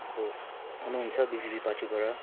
अब आउनु हुन्छ बिजेपी पार्टीबाट